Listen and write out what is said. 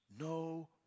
no